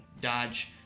Dodge